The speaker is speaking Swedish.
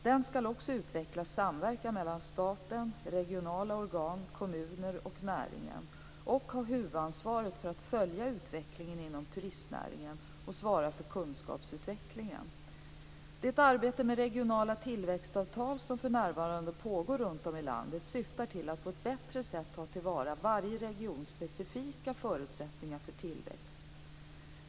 Den skall också utveckla samverkan mellan staten, regionala organ, kommuner och näringen och har huvudansvaret för att följa utvecklingen inom turistnäringen och svara för kunskapsutvecklingen. Det arbete med regionala tillväxtavtal som för närvarande pågår runtom i landet syftar till att på ett bättre sätt ta till vara varje regions specifika förutsättningar för tillväxt.